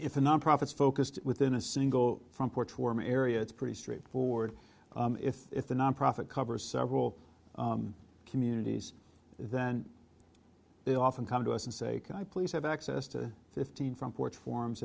if a nonprofit focused within a single front porch warm area it's pretty straightforward if the nonprofit covers several communities then they often come to us and say can i please have access to fifteen front porch forms